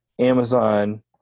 Amazon